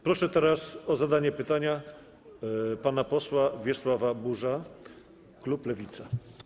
Proszę teraz o zadanie pytania pana posła Wiesława Buża, klub Lewica.